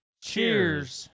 Cheers